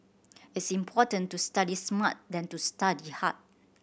it's important to study smart than to study hard